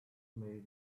may